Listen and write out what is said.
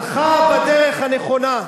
הלכה בדרך הנכונה,